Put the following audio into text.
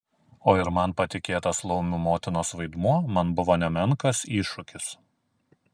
o ir man patikėtas laumių motinos vaidmuo man buvo nemenkas iššūkis